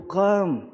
come